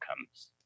outcomes